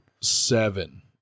Seven